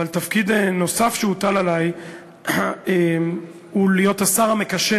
אבל תפקיד נוסף שהוטל עלי הוא להיות השר המקשר